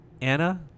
Anna